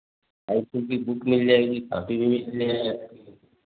high school की book मिल जाएगी कापी भी मिल जाएगी